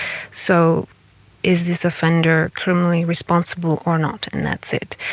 so is this offender criminally responsible or not and that's it.